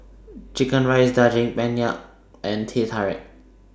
Chicken Rice Daging Penyet and Teh Tarik